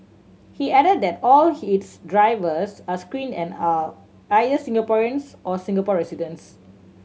he added that all he its drivers are screened and are either Singaporeans or Singapore residents